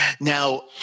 Now